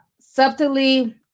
subtly